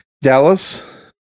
Dallas